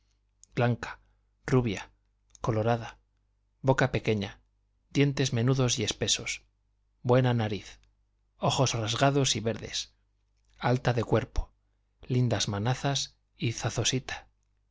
blanca rubia colorada boca pequeña dientes menudos y espesos buena nariz ojos rasgados y verdes alta de cuerpo lindas manazas y